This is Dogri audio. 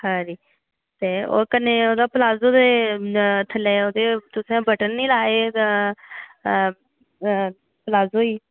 खरी ते कन्नै ओह्दा प्लाजो दे थल्लै ते तुसें बटन नी लाए आ प्लाजो गी